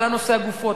עלה נושא הגופות,